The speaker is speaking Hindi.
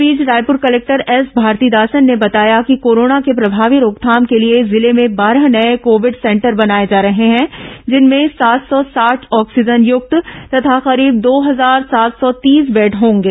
इस बीच रायपुर कलेक्टर एस भारतीदासन ने बताया कि कोरोना के प्रभावी रोकथाम के लिए जिले में बारह नये कोविड सेंटर बनाए जा रहे हैं जिनमें सात सौ साठ ऑक्सीजन युक्त तथा करीब दो हजार सात सौ तीस बेड होंगे